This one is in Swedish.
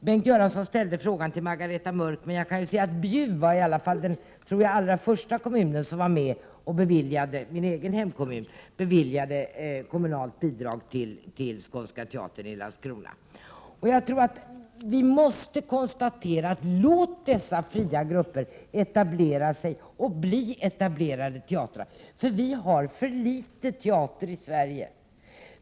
Bengt Göransson ställde ju frågan till Margareta Mörck, men jag kan ju säga att Bjuv, min hemkommun, var en av de allra första som var med och beviljade kommunalt bidrag till Skånska teatern i Landskrona. Låt dessa fria grupper etablera sig och bli etablerade teatrar! Vi har för få teatrar i Sverige.